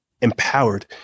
empowered